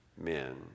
men